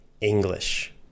English